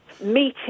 meeting